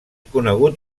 conegut